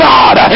God